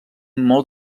molt